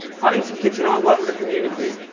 huntington's kitchen. i work with a community.